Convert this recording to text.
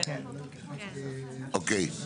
אוקיי.